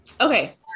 Okay